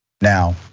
Now